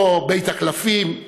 או ב"בית הקלפים",